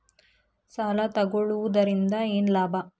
ಸಾಲ ತಗೊಳ್ಳುವುದರಿಂದ ಏನ್ ಲಾಭ?